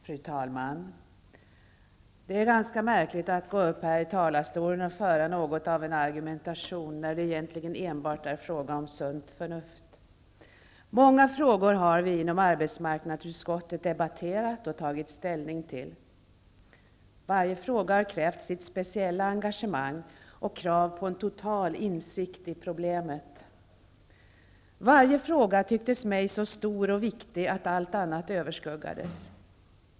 Fru talman! Det är ganska märkligt att gå upp i talarstolen och föra något av en argumentation, när det egentligen enbart är fråga om sunt förnuft. Många frågor har vi inom arbetsmarknadsutskottet debatterat och tagit ställning till. Varje fråga har krävt sitt speciella engagemang och en total insikt i problemet. Varje fråga tycktes mig så stor och viktig, att allt annat överskuggades.